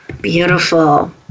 beautiful